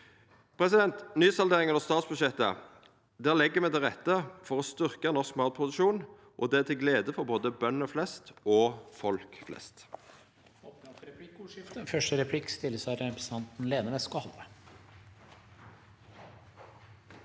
I nysalderinga av statsbudsjettet legg me til rette for å styrkja norsk matproduksjon, og det er til glede for både bønder flest og folk flest.